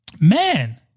Man